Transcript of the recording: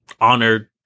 honored